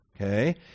Okay